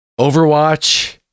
Overwatch